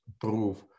proof